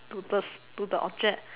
to the to the object